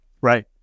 right